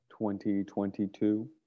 2022